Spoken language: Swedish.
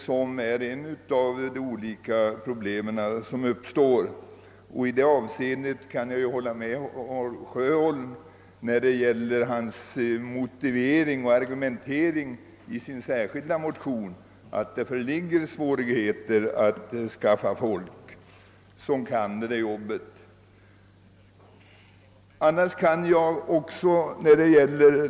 Jag kan instämma i argumenteringen i herr Sjöholms motion i vad avser de föreliggande svårigheterna att skaffa folk som kan detta arbete.